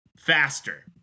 faster